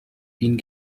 wien